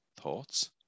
thoughts